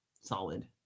Solid